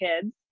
kids